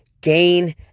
gain